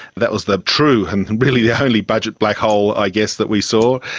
that was the true and really the only budget blackhole i guess that we saw,